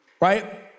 right